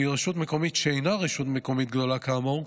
שהיא רשות מקומית שאינה רשות מקומית גדולה כאמור,